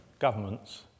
governments